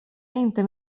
inte